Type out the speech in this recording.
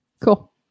Cool